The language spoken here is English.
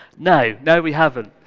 no, no we haven't.